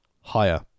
Higher